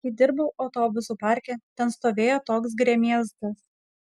kai dirbau autobusų parke ten stovėjo toks gremėzdas